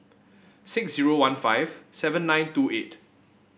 six zero one five seven nine two eight